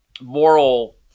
moral